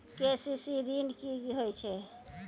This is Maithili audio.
के.सी.सी ॠन की होय छै?